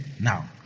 now